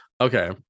Okay